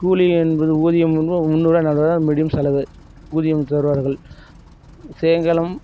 கூலி என்பது ஊதியம் வந்து ஒரு முந்நூறுபா நானூறுபாயில முடியும் செலவு ஊதியம் தருவார்கள் சாய்ங்காலம்